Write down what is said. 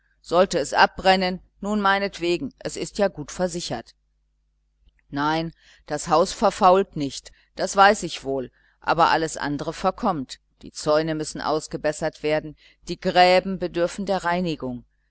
sollte es abbrennen nun meinetwegen es ist ja gut versichert nein das haus verfault nicht das weiß ich wohl aber alles andere verkommt die zäune müssen ausgebessert werden die gräben bedürfen der reinigung